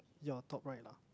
you are top right lah